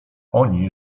oni